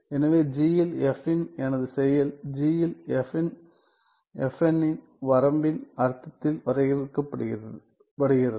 எனவே g இல் f இன் எனது செயல் g இல் வரம்பின் அர்த்தத்தில் வரையறுக்கப்படுகிறது